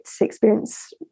experience